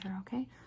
okay